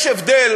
יש הבדל